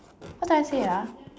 what did I say ah